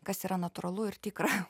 kas yra natūralu ir tikra